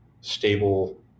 stable